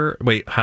Wait